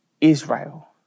Israel